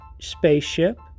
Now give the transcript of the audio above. spaceship